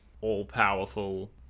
all-powerful